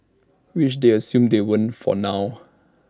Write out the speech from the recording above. which they assume they won't for now